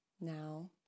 Now